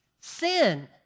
sin